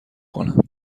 کنم